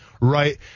right